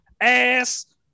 Ass